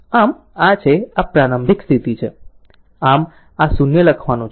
આમ આ છે અને આ પ્રારંભિક સ્થિતિ છે આમ જ આ 0 લખવાનું છે